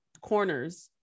corners